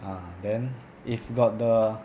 ah then if got the